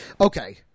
Okay